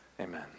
amen